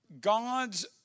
God's